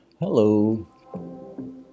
Hello